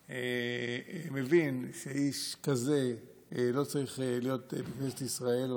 מבין שאיש כזה לא צריך להיות בכנסת ישראל.